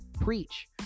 preach